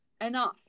enough